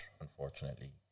unfortunately